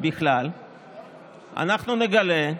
אנחנו נגלה,